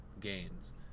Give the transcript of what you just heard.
games